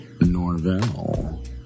Norvell